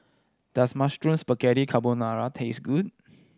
does Mushroom Spaghetti Carbonara taste good